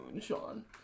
Sean